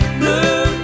blue